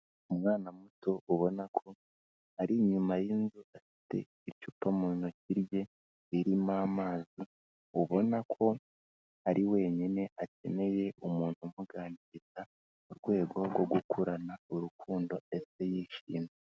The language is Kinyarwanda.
Umwana muto ubona ko ari inyuma y'inzu, afite icupa mu ntoki rye, ririmo amazi ubona ko ari wenyine akeneye umuntu umuganiriza, mu rwego rwo gukurana urukundo ndetse yishimye.